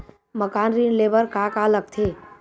मकान ऋण ले बर का का लगथे?